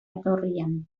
etorrian